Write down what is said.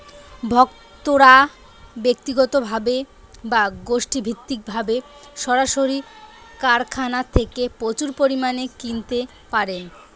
ভোক্তারা ব্যক্তিগতভাবে বা গোষ্ঠীভিত্তিকভাবে সরাসরি কারখানা থেকে প্রচুর পরিমাণে কিনতে পারেন